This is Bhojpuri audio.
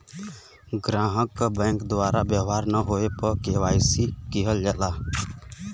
ग्राहक क बैंक द्वारा व्यवहार न होये पे के.वाई.सी किहल जाला